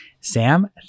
Sam